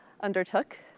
undertook